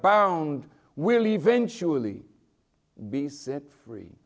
bound will eventually be set free